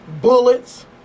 bullets